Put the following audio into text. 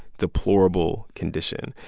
deplorable condition,